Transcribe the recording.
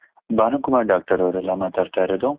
Bhanu Kumar doctor ಅವರಲ್ವಾ ಮಾತಾಡ್ತಾ ಇರೋದು